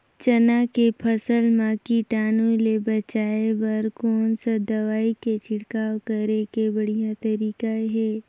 चाना के फसल मा कीटाणु ले बचाय बर कोन सा दवाई के छिड़काव करे के बढ़िया तरीका हे?